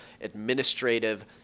administrative